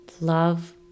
love